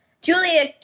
Julia